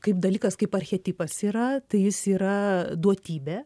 kaip dalykas kaip archetipas yra tai jis yra duotybė